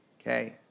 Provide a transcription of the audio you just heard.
okay